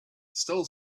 still